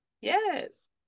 Yes